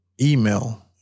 email